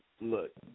look